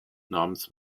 namens